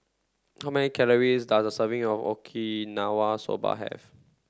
how many calories does a serving of Okinawa Soba have